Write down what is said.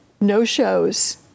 no-shows